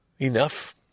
Enough